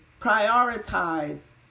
prioritize